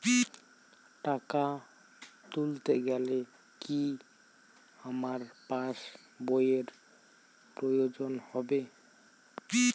টাকা তুলতে গেলে কি আমার পাশ বইয়ের প্রয়োজন হবে?